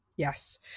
Yes